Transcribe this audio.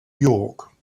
york